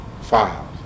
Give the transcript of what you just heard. files